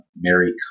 Mary